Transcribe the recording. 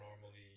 normally